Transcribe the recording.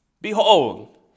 Behold